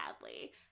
badly